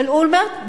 של אולמרט,